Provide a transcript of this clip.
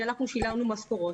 כי אנחנו שילמנו משכורות'.